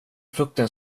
frukten